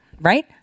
right